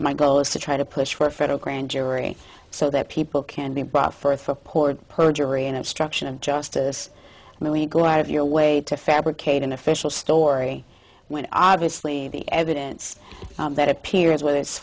my goal is to try to push for a federal grand jury so that people can be brought forth for poor perjury and obstruction of justice a million go out of your way to fabricate an official story when obviously the evidence that appearance whether it's